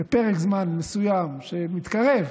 בפרק זמן מסוים שמתקרב,